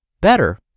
better